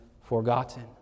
forgotten